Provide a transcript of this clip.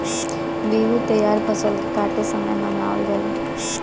बिहू त्यौहार फसल के काटत समय मनावल जाला